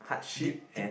hardship and